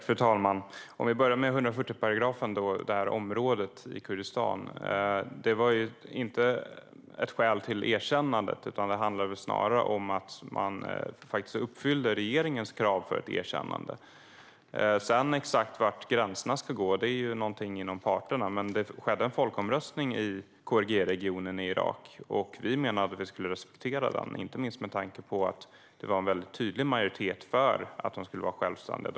Fru talman! För att börja med 140-paragrafen och området i Kurdistan var detta inte ett skäl till erkännande, utan det handlade snarare om att man faktiskt uppfyllde regeringens krav för ett erkännande. Var exakt gränserna sedan ska gå är en fråga för parterna. Men det genomfördes en folkomröstning i KRG-regionen i Irak, och vi menar att vi skulle ha respekterat den, inte minst med tanke på att det var en tydlig majoritet för att de skulle vara självständiga.